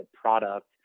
product